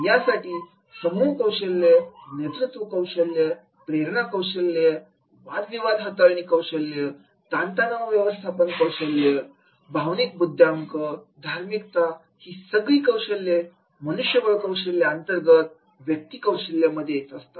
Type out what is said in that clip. यासाठी समूह कौशल्य नेतृत्व कौशल्य प्रेरणा कौशल्य वाद विवाद हाताळणी कौशल तणाव व्यवस्थापन कौशल्य भावनिक बुद्ध्यांक धार्मिकता ही सगळी कौशल मनुष्यबळ कौशल्य आंतर व्यक्ति कौशल्य आहेत